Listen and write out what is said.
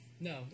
No